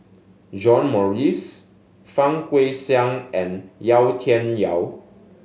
John Morrice Fang Guixiang and Yau Tian Yau